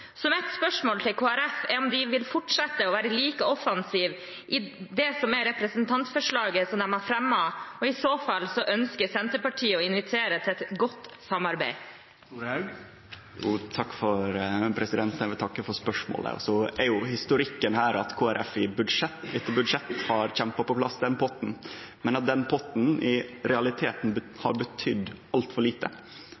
Så mitt spørsmål til Kristelig Folkeparti er om de vil fortsette å være like offensive som i det representantforslaget de har fremmet. I så fall ønsker Senterpartiet å invitere til et godt samarbeid. Eg vil takke for spørsmålet. Historikken her er at Kristeleg Folkeparti i budsjett etter budsjett har kjempa på plass den potten, men at den potten i realiteten